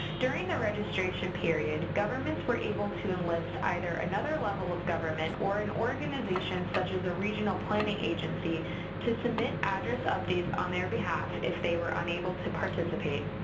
during the registration period, governments were able to enlist either another level of government or an organization such as a regional planning agency to submit address updates on their behalf if they were unable to participate.